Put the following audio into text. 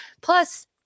plus